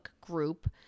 group